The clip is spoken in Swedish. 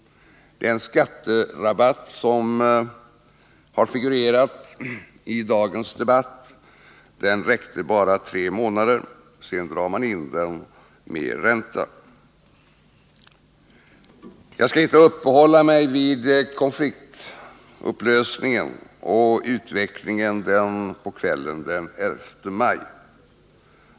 Den skatterabatt som har figurerat i dagens debatt räckte bara i tre månader — sedan drar man in den med ränta. Jag skall inte uppehålla mig vid konfliktupplösningen och utvecklingen på kvällen den 11 maj.